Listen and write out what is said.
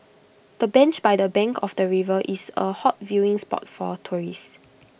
the bench by the bank of the river is A hot viewing spot for tourists